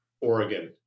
Oregon